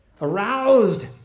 aroused